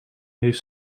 heeft